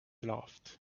loved